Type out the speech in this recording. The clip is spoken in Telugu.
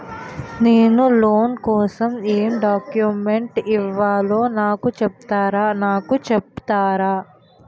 నేను లోన్ కోసం ఎం డాక్యుమెంట్స్ ఇవ్వాలో నాకు చెపుతారా నాకు చెపుతారా?